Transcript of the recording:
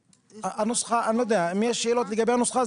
מים בשבוע (באחוזים/שקלים חדשים)